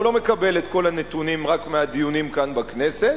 לא מקבל את כל הנתונים רק מהדיונים כאן בכנסת,